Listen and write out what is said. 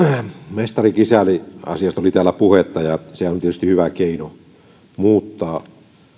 mestari kisälli asiasta oli täällä puhetta ja se on tietysti hyvä keino